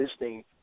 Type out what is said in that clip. listening